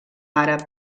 àrab